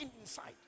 inside